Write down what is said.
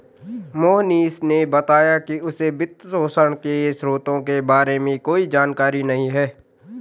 मोहनीश ने बताया कि उसे वित्तपोषण के स्रोतों के बारे में कोई जानकारी नही है